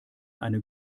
eine